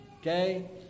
okay